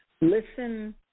listen